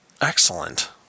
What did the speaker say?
Excellent